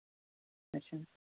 اچھا